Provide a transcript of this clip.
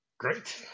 Great